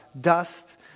dust